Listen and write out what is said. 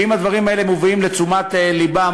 ואם הדברים האלה מובאים לתשומת לבם